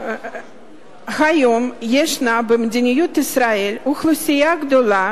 היום ישנה במדינת ישראל אוכלוסייה גדולה